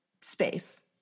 space